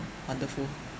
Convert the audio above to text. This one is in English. wonderful